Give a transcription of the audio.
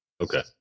Okay